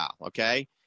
okay